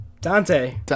Dante